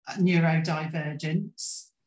neurodivergence